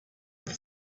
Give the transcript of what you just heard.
with